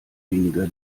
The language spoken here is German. weniger